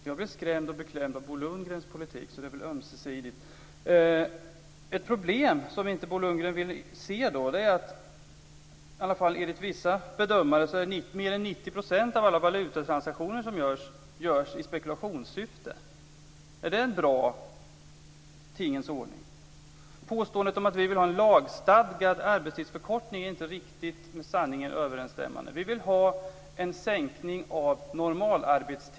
Fru talman! Jag blir skrämd och beklämd av Bo Lundgrens politik, så det är väl ömsesidigt. Ett problem som Bo Lundgren inte vill se är att enligt vissa bedömare görs mer än 90 % av alla valutatransaktioner i spekulationssyfte. Är det en bra tingens ordning? Påståendet att vi vill ha en lagstadgad arbetstidsförkortning är inte riktigt med sanningen överensstämmande. Vi vill ha en sänkning av normalarbetstiden.